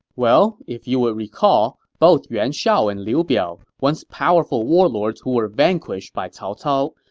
well, if you would recall, both yuan shao and liu biao, once powerful warlords who were vanquished by cao cao,